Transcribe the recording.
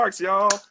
y'all